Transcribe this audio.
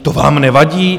To vám nevadí?